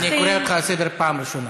אני קורא אותך לסדר פעם ראשונה.